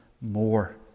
more